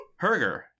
Herger